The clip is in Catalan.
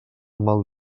mal